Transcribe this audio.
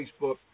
Facebook